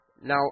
Now